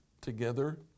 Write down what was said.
together